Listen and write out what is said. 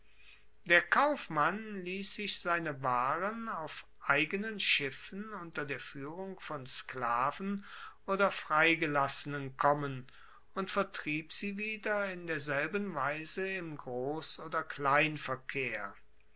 der kaufmann liess sich seine waren auf eigenen schiffen unter der fuehrung von sklaven oder freigelassenen kommen und vertrieb sie wieder in derselben weise im gross oder